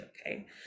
Okay